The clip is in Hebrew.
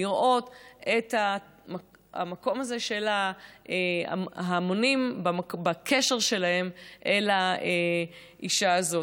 לראות את המקום הזה של ההמונים בקשר שלהם אל האישה הזאת.